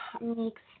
mix